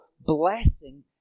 blessing